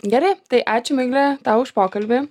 gerai tai ačiū migle tau už pokalbį